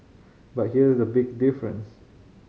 but here's the big difference